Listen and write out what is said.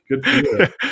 Good